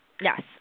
Yes